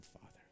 Father